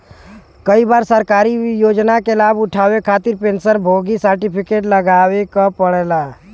कई बार सरकारी योजना क लाभ उठावे खातिर पेंशन भोगी सर्टिफिकेट लगावे क पड़ेला